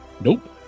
Nope